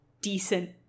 decent